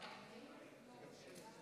בבקשה.